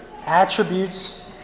attributes